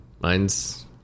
Mine's